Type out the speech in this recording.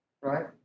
Right